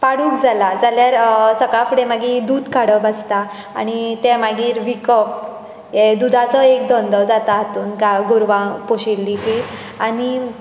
पाडूक जालां जाल्यार सकाळ फुडें मागीर दूद काडप आसता आनी तें मागीर विकप दुदाचो एक धंदो जाता हातूंत गाय गोरवां पोशिल्लीं तीं आनी